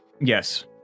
Yes